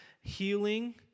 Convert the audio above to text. healing